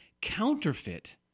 counterfeit